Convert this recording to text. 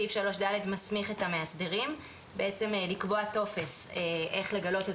סעיף 3(ד) מסמיך את המאסדרים לקבוע טופס איך לגלות את